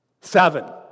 Seven